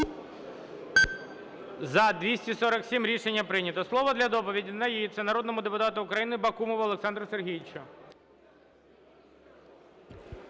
За-240 Рішення прийнято. Слово для доповіді надається народному депутату України Бакумову Олександру Сергійовичу.